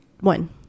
one